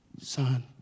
Son